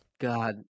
God